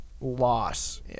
loss